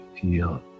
feel